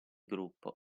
gruppo